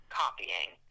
copying